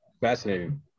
fascinating